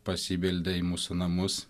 pasibeldė į mūsų namus